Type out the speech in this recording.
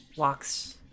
Walks